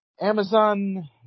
Amazon